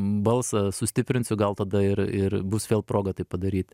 balsą sustiprinsiu gal tada ir ir bus vėl proga tai padaryt